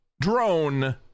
drone